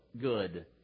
Good